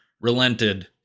relented